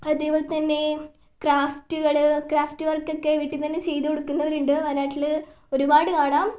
അതേപോലെതന്നെ ക്രാഫ്റ്റുകള് ക്രാഫ്റ്റ് വർക്കൊക്കെ വീട്ടിൽനിന്നുതന്നെ ചെയ്തുകൊടുക്കുന്നരുണ്ട് വയനാട്ടില് ഒരുപാട് കാണാം